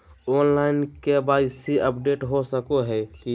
Online KYC update हो सको है की?